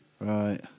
Right